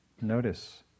Notice